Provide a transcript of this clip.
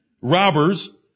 robbers